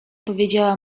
powiedziała